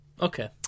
Okay